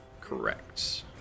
Correct